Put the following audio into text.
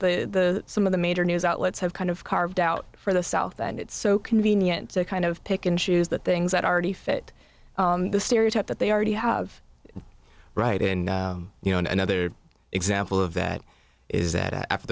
the some of the major news outlets have kind of carved out for the south that it's so convenient to kind of pick and choose the things that are to fit the stereotype that they already have right in you know another example of that is that after